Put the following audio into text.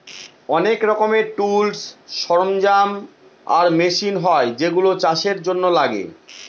অনেক রকমের টুলস, সরঞ্জাম আর মেশিন হয় যেগুলা চাষের জন্য লাগে